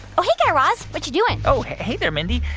oh, hey, guy raz. what you doing? oh, hey hey there, mindy.